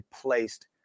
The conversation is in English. placed